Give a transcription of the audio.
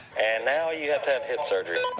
and now you have to have hip surgery.